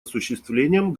осуществлением